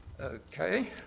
Okay